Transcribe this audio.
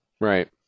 Right